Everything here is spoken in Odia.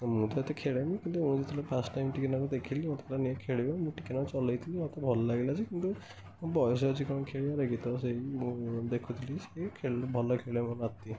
ମୁଁ ତ ଏତେ ଖେଳେନି କିନ୍ତୁ ମୁଁ ଯେତେବେଳେ ଫାଷ୍ଟ ଟାଇମ୍ ଟିକିଏ ନାଁକୁ ଦେଖିଲି ମୋତେ କହିଲା ନେ ଖେଳିବ ମୁଁ ଟିକିଏ ନାଁକୁ ଚଲାଇଥିଲି ମୋତେ ଭଲ ଲାଗିଲା ଯେ କିନ୍ତୁ ବୟସ ଅଛି କ'ଣ ଖେଳିବାର କି ତ ସେଇ ମୁଁ ଦେଖୁଥିଲି ସେ ଭଲ ଖେଳେ ମୋ ନାତି